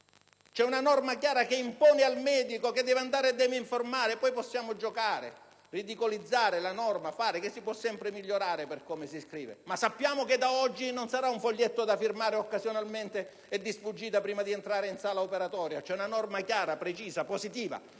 C'è una norma chiara che impone al medico di informare. Possiamo poi giocare, ridicolizzare la norma, che si può migliorare per come si scrive, ma sappiamo che da oggi non sarà un foglietto da firmare occasionalmente e di sfuggita prima di entrare in sala operatoria. C'è una norma chiara, precisa e positiva